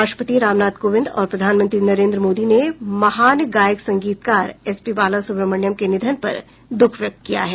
राष्ट्रपति रामनाथ कोविंद और प्रधानमंत्री नरेन्द्र मोदी ने महान गायक संगीतकार एसपी बालासुब्रमण्यम के निधन पर दुखरू व्यक्त किया है